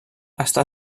està